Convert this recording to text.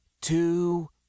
two